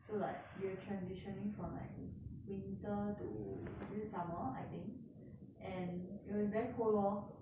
so like they were transitioning from winter to is it summer I think and it was very cold lor